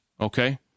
okay